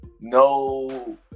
no